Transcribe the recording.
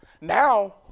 Now